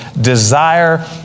desire